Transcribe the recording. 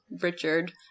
Richard